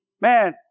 man